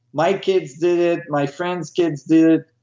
my kids did it. my friends' kids did it,